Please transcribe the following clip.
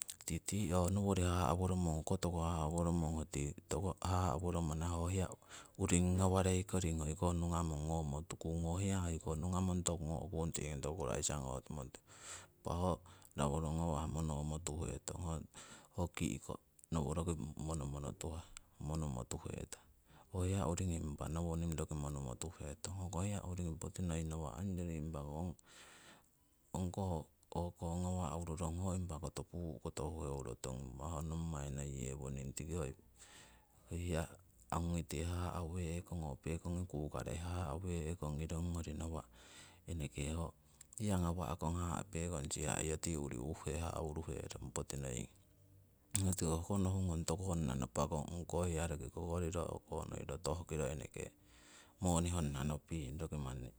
. Titi ho nowori haha'woromong ho koh toku hahaworomong tii toku hahaworomana ho hiya urungi ngawarei koring hoikoh nugamon ngomo tukung, ho hiya hoikoh nugamong toku ngokung tingi koto kuraisa ngomo tukung impa ho hiya ho double ngawah monomo tuhetong aii, ho ki'ko noworoki monomono tuhah monomotuhetong. Ho hiya uringi impa nowoning roki monumo tuhetong, ho hiya uringing poti noi impako ho ongkoh ngawa'ururong ho puu' koto huheuro turong, impa ho nommai noi yewoning tiki hoi hiya angungite haha'we'kong oo pekong ngi kukarei hahawe'kong pekongi kukareiki hahaweekong iro nawa' pekong haha' siharo tii uri uhuhe hawuruherong poti noi. Tiko hoko nohu ngong toku honna napakong ongkoh hiya roki kokoriro tohkiro eneke moni honna noping. Roki manni,